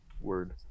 Word